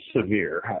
severe